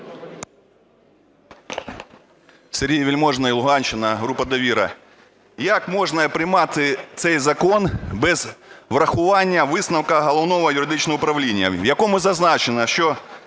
Сергій Вельможний, Луганщина, група "Довіра". Як можна приймати цей закон без врахування висновку Головного юридичного управління, у якому зазначено, що